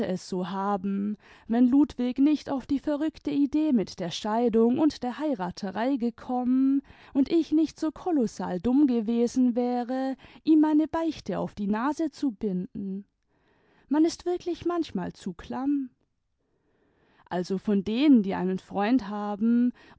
es so haben wenn ludwig nicht auf die verrückte idee mit der scheidung und der heiraterei gekommen und ich nicht so kolossal dumm gewesen wäre ihm meine beichte auf die nase zu binden man ist wirklich manchmal zu klamm also von denen die einen freund haben